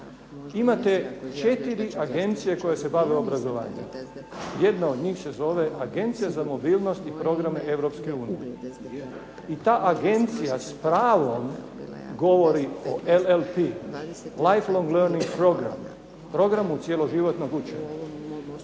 Imate četiri agencije koje se bave obrazovanjem. Jedna od njih se zove Agencija za mobilnost i programe Europske unije. I ta agencija s pravom govori o LLP, life long learning program, programu cijeloživotnog učenja.